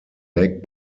leg